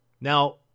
Now